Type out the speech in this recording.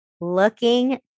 looking